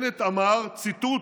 בנט אמר, ציטוט: